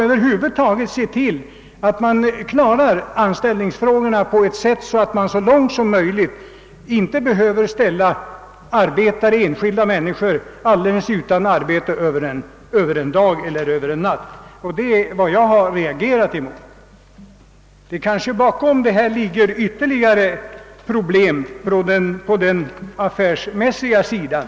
Över huvud taget skall man se till att man klarar anställningsfrågorna på ett sådant sätt att man så långt som möjligt inte behöver ställa enskilda människor utan arbete över en dag eller en natt. Det är försummelser av sådant slag som jag har reagerat emot. Bakom dessa missförhållanden ligger kanske ytterligare problem på den affärsmässiga sidan.